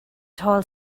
tall